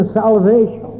salvation